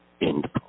End